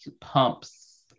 pumps